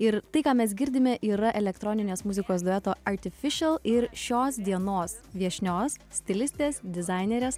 ir tai ką mes girdime yra elektroninės muzikos dueto artificial ir šios dienos viešnios stilistės dizainerės